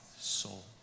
soul